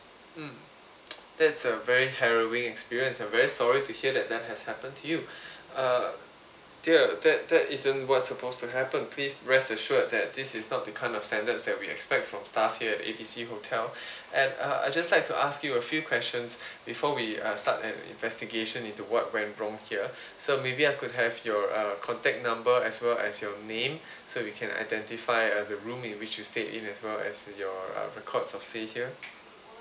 mm that's a very harrowing experienced I'm very sorry to hear that that has happened to you uh there that that isn't was supposed to happen please rest assured that this is not the kind of standards that we expect from staff here at A B C hotel and uh I just like to ask you a few questions before we uh start an investigation into what went wrong here so maybe I could have your uh contact number as well as your name so we can identify uh the room in which you stayed in as well as your uh records of stay here